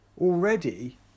already